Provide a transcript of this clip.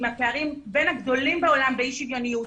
הפערים בין הגדולים בעולם באי שוויונית.